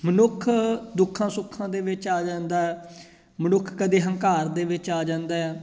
ਮਨੁੱਖ ਦੁੱਖਾਂ ਸੁੱਖਾਂ ਦੇ ਵਿੱਚ ਆ ਜਾਂਦਾ ਮਨੁੱਖ ਕਦੇ ਹੰਕਾਰ ਦੇ ਵਿੱਚ ਆ ਜਾਂਦਾ ਆ